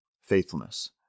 faithfulness